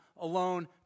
alone